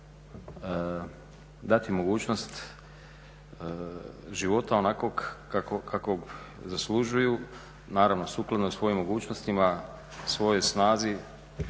dati mogućnost života onakvog kakvog zaslužuju, naravno sukladno svojim mogućnostima, svojoj snazi,